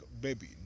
baby